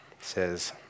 says